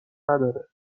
نداره